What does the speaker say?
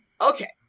Okay